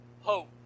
hope